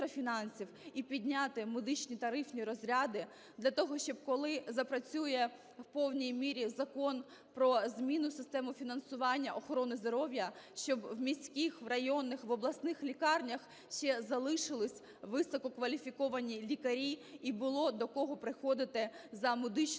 і підняти медичні тарифні розряди для того, щоб, коли запрацює в повній мірі Закон про зміну системи фінансування охорони здоров'я, щоб в міських, в районних, в обласних лікарнях ще залишилися висококваліфіковані лікарі і було до кого приходити за медичною